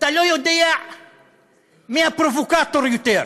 אתה לא יודע מי הפרובוקטור יותר.